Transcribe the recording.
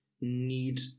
need